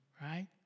Right